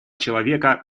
человека